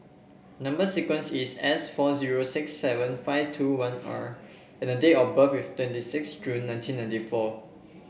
number sequence is S four zero six seven five two one R and the date of birth is twenty six June nineteen ninety four